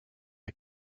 est